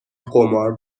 قمار